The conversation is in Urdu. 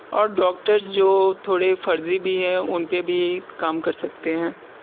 اور ڈاکٹرز جو تھوڑے فرضی بھی ہیں ان پہ بھی کام کر سکتے ہیں